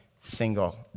single